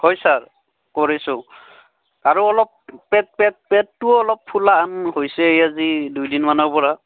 হয় ছাৰ কৰিছোঁ আৰু অলপ পেট পেট পেটটোও অলপ ফুলাহেন হৈছে আজি দুদিনমানৰ পৰা